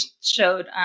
showed